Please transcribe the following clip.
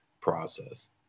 process